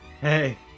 Hey